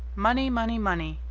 money, money, money,